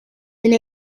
been